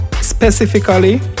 specifically